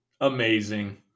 Amazing